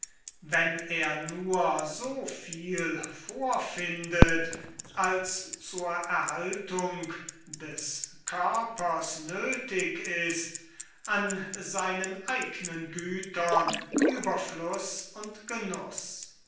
wenn er nur so viel vorfindet als zur erhaltung des körpers nöthig ist an seinen eignen gütern ueberfluß und genuß